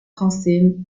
francine